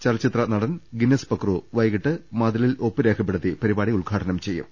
ചലച്ചിത്ര നടൻ ഗിന്നസ് പക്രു വൈകിട്ട് മതിലിൽ ഒപ്പ് രേഖപ്പെടുത്തി പരിപാടി ഉദ്ഘാടനം ചെയ്യും